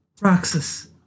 Roxas